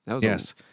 Yes